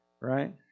Right